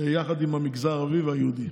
יחד עם המגזר הערבי והיהודי.